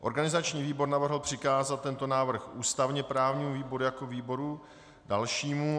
Organizační výbor navrhl přikázat tento návrh ústavněprávnímu výboru jako výboru dalšímu.